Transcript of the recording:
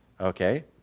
okay